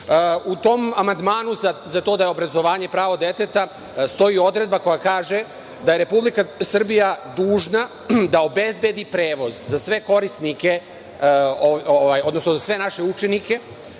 tom amandmanu za to da je obrazovanje pravo deteta stoji odredba koja kaže – da je Republika Srbija dužna da obezbedi prevoz za sve korisnike, za sve naše učenike